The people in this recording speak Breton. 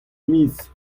miz